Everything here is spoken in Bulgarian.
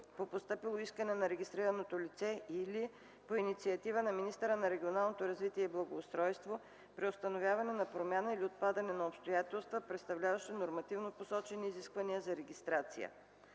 по постъпило искане на регистрираното лице или по инициатива на министъра на регионалното развитие и благоустройството при установяване на промяна или отпадане на обстоятелства, представляващи нормативно посочени изисквания за регистрация.